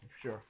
Sure